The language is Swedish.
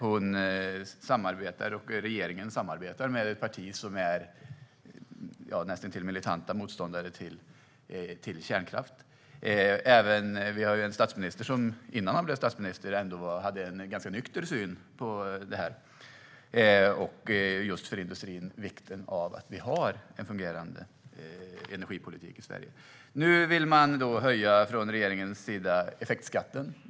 Hon och regeringen samarbetar med ett parti som är näst intill militant motståndare till kärnkraft. Vi har en statsminister som innan han blev statsminister hade en ganska nykter syn på detta och vikten för industrin av att vi har en fungerande energipolitik i Sverige. Nu vill regeringen höja effektskatten.